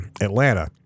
Atlanta